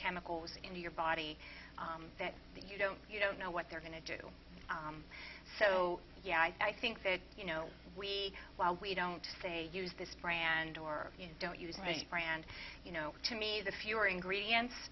chemicals in your body that you don't you don't know what they're going to do so yeah i think that you know we well we don't they use this brand or you don't use a brand you know to me the fewer ingredients